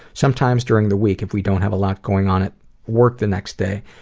sometimes during the week if we don't have a lot going on at work the next day.